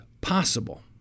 possible